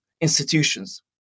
institutions